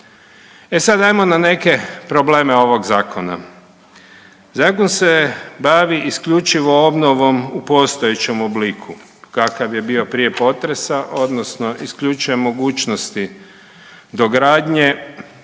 E sad ajmo na neke probleme ovog zakona. Zakon se bavi isključivo obnovom u postojećem obliku kakav je bio prije potresa odnosno isključuje mogućnosti dogradnje,